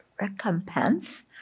recompense